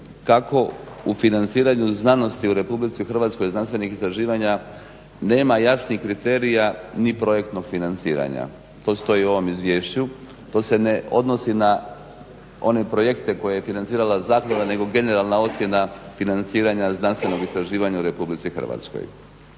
kako u financiranju znanosti u RH i znanstvenih istraživanja nema jasnih kriterija ni projektnog financiranja. To stoji u ovom izvješću, to se ne odnosi na one projekte koje je financirala zaklada nego generalna ocjena financiranja znanstvenog istraživanja u RH. Ako